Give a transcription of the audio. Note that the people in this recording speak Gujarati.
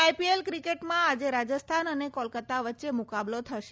આઈપીએલ ક્રિકેટમાં આજે રાજસ્થાન અને કોલકાતા વચ્ચે મુકાબલો થશે